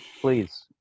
please